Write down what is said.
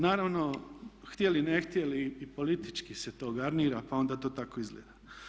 Naravno htjeli ne htjeli i politički se to garnira pa onda to tako izgleda.